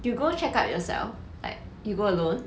you go check up yourself like you go alone